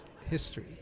history